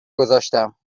گذاشتم